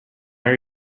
are